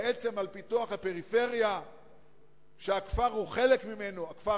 בעצם על פיתוח הפריפריה שפיתוח הכפר הוא חלק ממנו,